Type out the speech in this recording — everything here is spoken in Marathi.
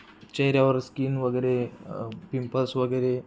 चेहेऱ्यावर स्किन वगैरे पिंपल्स वगैरे